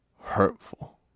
hurtful